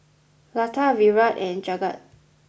Lata Virat and Jagat